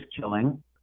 killing